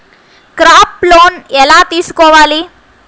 Crop loan ఎలా తీసుకోవాలి?